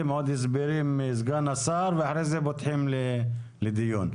ועוד הסברים מסגן השר ואחר כך פותחים את הנושא לדיון.